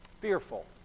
fearful